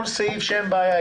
כל סעיף שאין אתו בעיה,